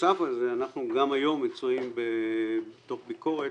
נוסף על כך גם היום אנחנו מצויים בתוך ביקורת